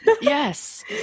Yes